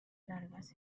largas